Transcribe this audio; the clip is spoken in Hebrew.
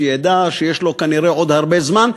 שידע שיש לו כנראה עוד הרבה זמן.